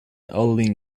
holding